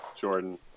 Jordan